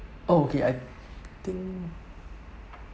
oh okay I think